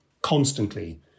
constantly